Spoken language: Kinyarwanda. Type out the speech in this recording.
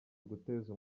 uguteza